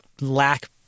lack